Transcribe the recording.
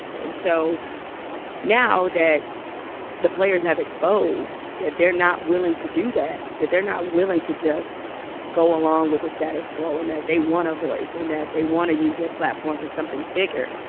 and so now that the players have exposed that they're not willing to do that, that they're not willing to just go along with the status quo and that they want a voice and that they want to use their platform for something bigger,